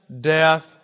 death